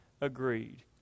agreed